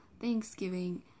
Thanksgiving